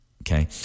Okay